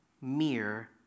mere